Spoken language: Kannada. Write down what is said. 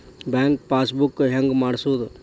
ಬ್ಯಾಂಕ್ ಪಾಸ್ ಬುಕ್ ಹೆಂಗ್ ಮಾಡ್ಸೋದು?